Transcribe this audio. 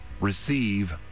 receive